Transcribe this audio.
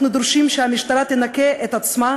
אנחנו דורשים שהמשטרה תנקה את עצמה